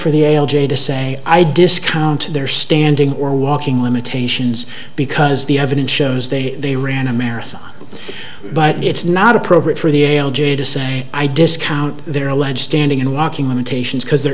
for the ale j to say i discount their standing or walking limitations because the evidence shows they they ran a marathon but it's not appropriate for the a l j to say i discount their alleged standing and walking limitations because they're